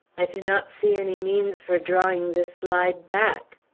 i do not see any means for drawing this slide back.